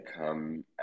come